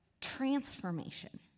transformation